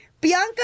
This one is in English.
Bianca